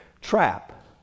trap